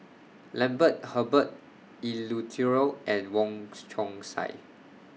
Lambert Herbert Eleuterio and Wong Chong Sai